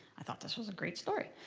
i thought this was a great story.